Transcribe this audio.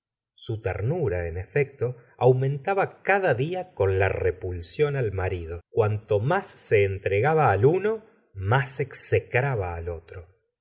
su ternura en efecto aumentaba cada dia con la repulsión al marido cuanto más se entregaba al uno más execraba al otro